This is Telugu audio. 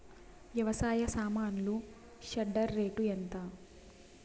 వ్యవసాయ సామాన్లు షెడ్డర్ రేటు ఎంత?